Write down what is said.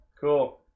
Cool